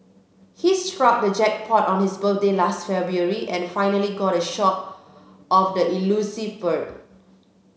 he struck the jackpot on his birthday last February and finally got a shot of the elusive bird